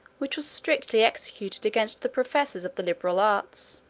which was strictly executed against the professors of the liberal arts.